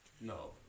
No